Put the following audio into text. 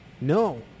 No